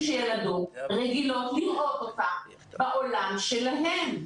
שילדות רגילות לראות אותם בעולם שלהן.